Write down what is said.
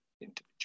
individual